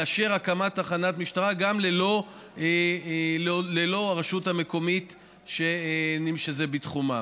לאפשר הקמת תחנת משטרה גם ללא הרשות המקומית שזה בתחומה.